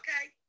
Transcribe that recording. Okay